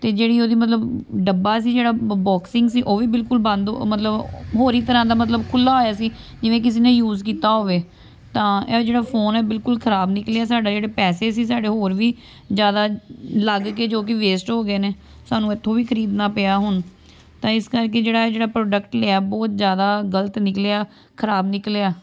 ਅਤੇ ਜਿਹੜੀ ਉਹਦੀ ਮਤਲਬ ਡੱਬਾ ਸੀ ਜਿਹੜਾ ਬੋਕਸਿੰਗ ਸੀ ਉਹ ਵੀ ਬਿਲਕੁਲ ਬੰਦ ਮਤਲਬ ਹੋਰ ਹੀ ਤਰ੍ਹਾਂ ਦਾ ਮਤਲਬ ਖੁੱਲ੍ਹਾ ਹੋਇਆ ਸੀ ਜਿਵੇਂ ਕਿਸੇ ਨੇ ਯੂਜ ਕੀਤਾ ਹੋਵੇ ਤਾਂ ਇਹ ਜਿਹੜਾ ਫੋਨ ਆ ਬਿਲਕੁਲ ਖਰਾਬ ਨਿਕਲਿਆ ਸਾਡਾ ਜਿਹੜੇ ਪੈਸੇ ਸੀ ਸਾਡੇ ਹੋਰ ਵੀ ਜ਼ਿਆਦਾ ਲੱਗ ਗਏ ਜੋ ਕਿ ਵੇਸਟ ਹੋ ਗਏ ਨੇ ਸਾਨੂੰ ਇੱਥੋਂ ਵੀ ਖਰੀਦਣਾ ਪਿਆ ਹੁਣ ਤਾਂ ਇਸ ਕਰਕੇ ਜਿਹੜਾ ਇਹ ਜਿਹੜਾ ਪ੍ਰੋਡਕਟ ਲਿਆ ਬਹੁਤ ਜ਼ਿਆਦਾ ਗਲਤ ਨਿਕਲਿਆ ਖਰਾਬ ਨਿਕਲਿਆ